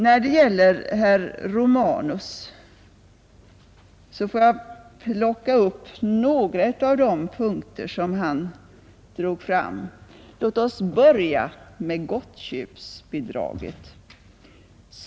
Vad beträffar herr Romanus får jag plocka ut några av de saker han talade om. Låt oss börja med gottköpsbidraget.